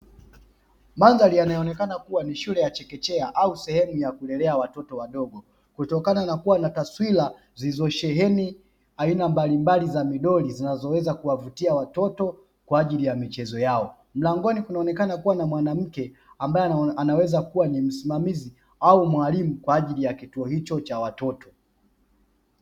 Mandhari inaonekana kuwa ni shule ya chekechea, au sehemu ya kulelea watoto wadogo, kutokana na kuwa na taswira zilizosheheni aina mbalimbali za midori zinazoweza kuwavutia watoto kwa ajili ya michezo yao, mlangoni kunaonekana kuwa na mwanamke ambaye anaweza kuwa ni msimamizi au mwalimu kwa ajili ya kituo hicho cha watoto.